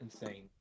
insane